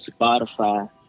Spotify